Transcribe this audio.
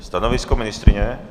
Stanovisko ministryně?